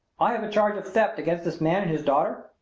i have a charge of theft against this man and his daughter.